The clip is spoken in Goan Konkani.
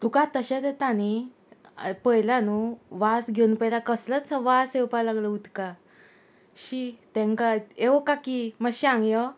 तुका तशेंच येता न्ही पयला न्हू वास घेवन पयला कसलोच वास येवपा लागलो उदका शी तेंका वो काकी मातशें हांग यो